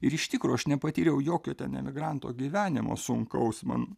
ir iš tikro aš nepatyriau jokio ten emigranto gyvenimo sunkaus man